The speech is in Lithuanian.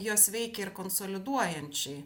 jos veikia ir konsoliduojančiai